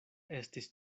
estis